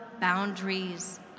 boundaries